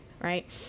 right